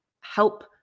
help